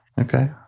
Okay